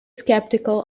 skeptical